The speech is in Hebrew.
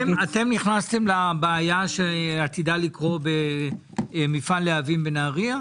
אתם נכנסתם לבעיה שעתידה לקרות במפעל "להבים" בנהרייה?